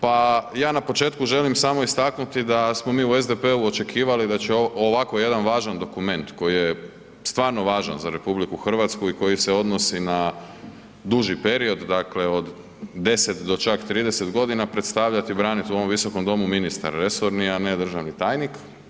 Pa ja na početku želim samo istaknuti da smo mi u SDP-u očekivali da će ovako jedan važan dokument koji je stvarno važan za RH i koji se odnosi na duži period od 10 do čak 30 godina predstavljati i braniti u ovom Visokom domu ministar resorni, a ne državni tajnik.